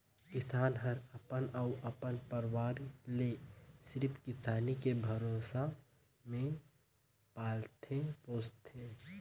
किसान हर अपन अउ अपन परवार ले सिरिफ किसानी के भरोसा मे पालथे पोसथे